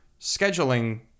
scheduling